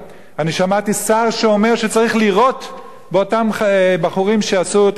אני שמעתי שר שאומר שצריך לירות באותם בחורים שעשו את ההפגנה שם,